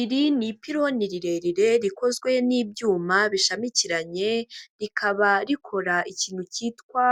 Iri ni ipironi rirerire rikozwe n'ibyuma bishamikiranye, rikaba rikora ikintu cyitwa